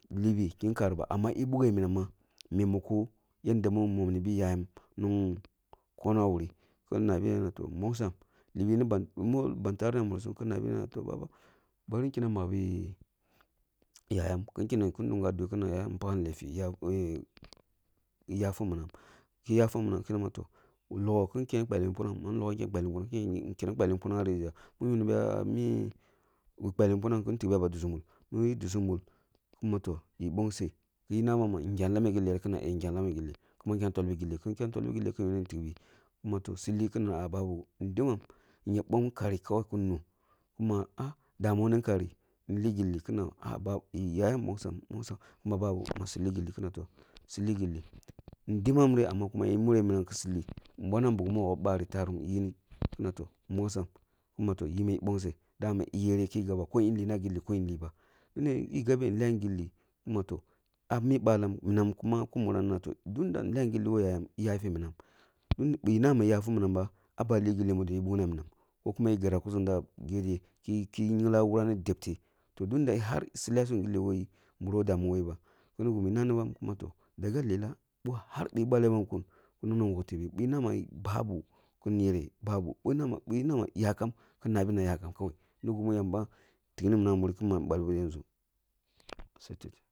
Libiyurin kariba amma eh bughe minam na memako yanda min mununi yayam ning konoh ah wurain ki nabiya na toh, eha nbongsam libi ni bi ban tareh ah murisum ki nabiya na toh beba ben kenneh makbi yayam kin kounuh dunga dweh kin nabi na yayan eh bagham lefi ki yagi minam, ke yafi minam kina ma toh, bin logho kin ken gbalbi mafu nanag, kim logho kin ken gbalbi mufanang ah rijiya kun yunibi ah mi kin gbəbi mufanang kin ke tikbi ah ba dusu mur, kini mi dusuni murt kuma toh, eh gbonseh ki nabam ma njam lame gillire kina toh, bin ken tolbi gilleh kin ke tolbi gilleh kín yu tikbi kuma toh su li kina babu ehu dinam ya bomb kari kawai kin nu kuma ah! Damuwan ni kari reh bin li gilli kina ah ah bin li gilli kina yaya nbongsam nbongsam kuma ya kusu li gilli kina toh, ehu dimmanri amma kuma eh munreh munam kusu li, ehu bonam buk mogho, bari, tarum yining kina toh, ehu nbongsam kuma toh, yima eh nbonseh dama eh yereh ki gaba ko lina gilli ko liba kuma toh, eh gameh ehn lam gilli kuma toh, minam ah mī balam minam kuma ah mi balam na tohm mīnam kuma lan gilli ah mi balam ko yayam kina toh bi yafi minam bi yafi minam boh nama eh yafi minamba ah ba li gilli mu dona yiri bukna minam ko yiri gitah ku zukun dari ki ki nyingla wuram ni debteh toh tunda har su lahsum gilli who yi su biraba who damuwa koyiba kini gimi nanibam ma toh, daga lelah bo balebam kum nana wok tebe bi nama babu kin nana wok bi nama babu kin yereh babu, bi nama yakam kin nabi na yakam kawai ni gimi yamba tikna minam ah muri kuma balbo yanʒu